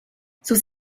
sus